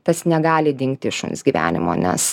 tas negali dingti iš šuns gyvenimo nes